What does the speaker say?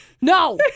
No